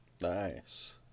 Nice